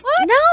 No